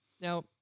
Now